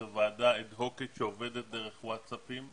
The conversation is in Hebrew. זו ועדה אד-הוקית שעובדת דרך וואטסאפים.